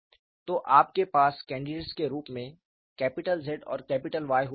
तो आपके पास कैंडिडेट्स के रूप में कैपिटल Z और कैपिटल Y हो सकती है